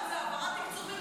זה העברת תקצובים